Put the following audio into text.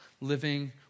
living